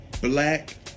black